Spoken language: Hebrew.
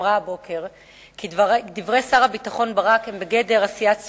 אמרה הבוקר כי דברי שר הביטחון ברק הם בגדר עשיית שרירים,